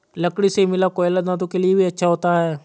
लकड़ी से मिला कोयला दांतों के लिए भी अच्छा होता है